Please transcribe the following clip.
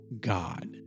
God